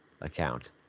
account